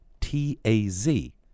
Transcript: T-A-Z